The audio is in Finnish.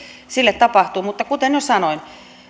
sille tapahtuu mutta kuten jo sanoin